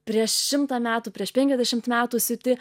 prieš šimtą metų prieš penkiasdešimt metų siūti